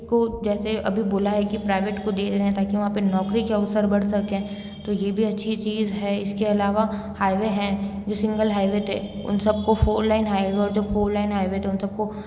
को जैसे अभी बोला है कि प्राइवेट को दे रहे हैं ताकि वहां पे नौकरी के अवसर बढ़ सकें तो ये भी अच्छी चीज़ है इसके अलावा हाईवे हैं जो सिंगल हाईवे थे उन सबको फ़ोर लाइन हाईवे और जो फ़ोर लाइन हाईवे थे उन सबको